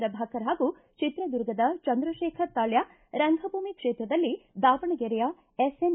ಪ್ರಭಾಕರ್ ಹಾಗೂ ಚಿತ್ರದುರ್ಗದ ಚಂದ್ರಶೇಖರ ತಾಳ್ಯ ರಂಗಭೂಮಿ ಕ್ಷೇತ್ರದಲ್ಲಿ ದಾವಣಗೆರೆಯ ಎಸ್ಎನ್